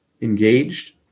engaged